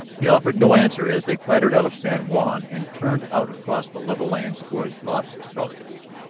he offered no answer as they clattered out of san juan and turned out across the level lands toward las estrellas.